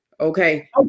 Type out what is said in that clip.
Okay